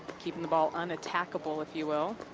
keeping the ball unattackable if you will,